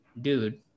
dude